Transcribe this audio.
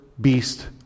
beast